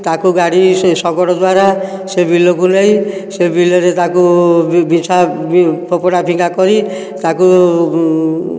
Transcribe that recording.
ତାକୁ ଗାଡ଼ି ସେ ଶଗଡ଼ ଦ୍ୱାରା ସେ ବିଲକୁ ନେଇ ସେ ବିଲରେ ତାକୁ ବିଛା ବି ଫୋପଡ଼ା ଫିଙ୍ଗା କରି ତାକୁ